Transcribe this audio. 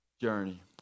journey